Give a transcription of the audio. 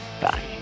Bye